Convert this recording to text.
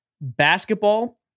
Basketball